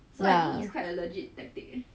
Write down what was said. ya